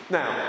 now